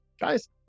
Guys